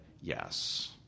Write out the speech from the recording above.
yes